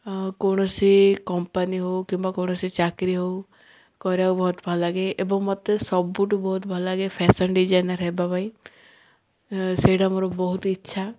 କୌଣସି କମ୍ପାନୀ ହଉ କିମ୍ବା କୌଣସି ଚାକିରି ହଉ କରିବାକୁ ବହୁତ ଭଲଲାଗେ ଏବଂ ମତେ ସବୁଠୁ ବହୁତ ଭଲଲାଗେ ଫ୍ୟାସନ୍ ଡିଜାଇନର ହେବା ପାଇଁ ସେଇଟା ମୋର ବହୁତ ଇଚ୍ଛା